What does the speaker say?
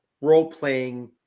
role-playing